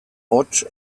hots